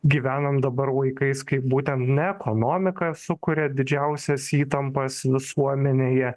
gyvenam dabar laikais kai būtent ne ekonomika sukuria didžiausias įtampas visuomenėje